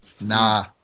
Nah